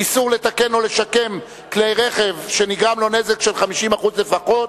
איסור לתקן או לשקם כלי רכב שנגרם לו נזק של 50% לפחות),